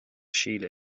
síle